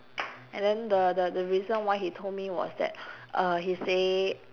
and then the the the reason why he told me was that uh he say